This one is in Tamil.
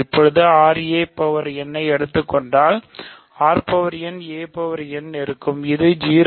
இப்போது நீங்கள் ra ஐ எடுத்துக் கொண்டால் இது இது 0